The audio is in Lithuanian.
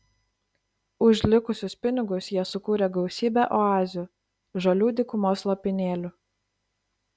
už likusius pinigus jie sukūrė gausybę oazių žalių dykumos lopinėlių